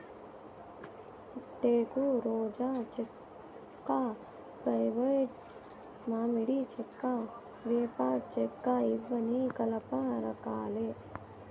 టేకు, రోజా చెక్క, ఫ్లైవుడ్, మామిడి చెక్క, వేప చెక్కఇవన్నీ కలప రకాలే